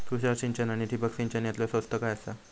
तुषार सिंचन आनी ठिबक सिंचन यातला स्वस्त काय आसा?